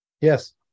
Yes